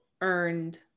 earned